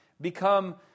become